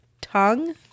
tongue